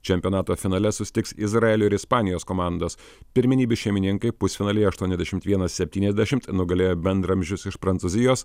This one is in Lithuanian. čempionato finale susitiks izraelio ir ispanijos komandos pirmenybių šeimininkai pusfinalyje aštuoniasdešim vienas septyniasdešim nugalėjo bendraamžius iš prancūzijos